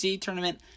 tournament